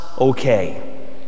okay